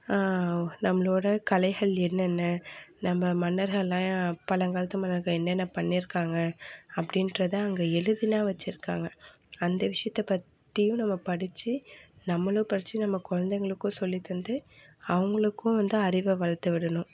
நம்ளோட கலைகள் என்னென்ன நம்ம மன்னர்கள்லாம் பழங்காலத்து மன்னர்கள் என்னென்ன பண்ணிருக்காங்க அப்டின்றதை அங்கே எழுதிலாம் வச்சிருக்காங்க அந்த விஷியத்தை பற்றியும் நம்ம படிச்சு நம்மளும் படிச்சு நம்ம குழந்தைங்களுக்கும் சொல்லி தந்து அவங்களுக்கும் வந்து அறிவை வளர்த்துவிடணும்